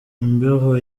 imbeho